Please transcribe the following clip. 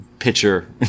pitcher